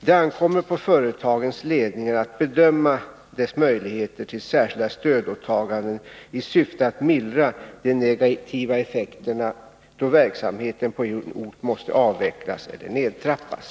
Det ankommer på företagens ledningar att bedöma sina företags möjligheter till särskilda stödåtaganden i syfte att mildra de negativa effekterna då verksamheten på en ort måste avvecklas eller nedtrappas.